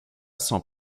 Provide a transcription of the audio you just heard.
sont